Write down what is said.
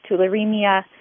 tularemia